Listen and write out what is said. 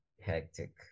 hectic